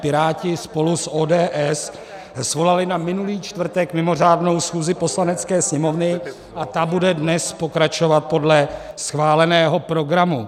Piráti spolu s ODS svolali na minulý čtvrtek mimořádnou schůzi Poslanecké sněmovny a ta bude dnes pokračovat podle schváleného programu.